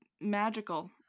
magical